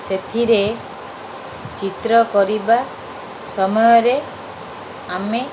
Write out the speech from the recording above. ସେଥିରେ ଚିତ୍ର କରିବା ସମୟରେ ଆମେ